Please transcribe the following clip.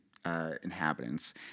Inhabitants